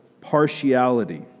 partiality